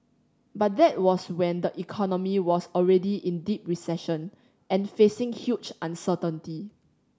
but that was when the economy was already in deep recession and facing huge uncertainty